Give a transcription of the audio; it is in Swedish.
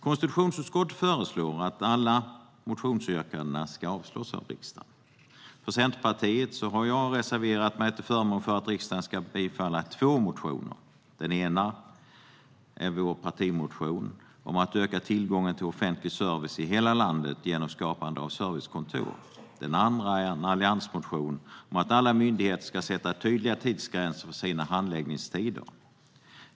Konstitutionsutskottet föreslår att alla motionsyrkanden ska avslås av riksdagen. För Centerpartiet har jag reserverat mig till förmån för att riksdagen ska bifalla två motioner. Den ena är vår partimotion om att öka tillgången till offentlig service i hela landet genom skapande av servicekontor. Den andra är en alliansmotion om att alla myndigheter ska sätta tydliga tidsgränser för sina handläggningstider.